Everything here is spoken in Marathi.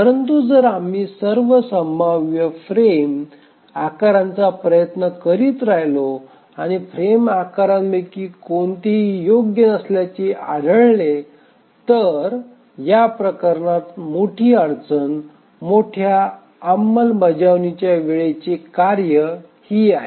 परंतु जर आम्ही सर्व संभाव्य फ्रेम आकारांचा प्रयत्न करीत राहिलो आणि फ्रेम आकारांपैकी कोणताही योग्य नसल्याचे आढळले तर या प्रकरणात मोठी अडचण मोठ्या अंमलबजावणीच्या वेळेचे कार्य ही आहे